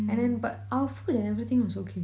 and then but our food and everything was okay